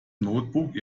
notebook